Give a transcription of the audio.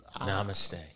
Namaste